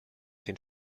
den